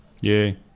Yay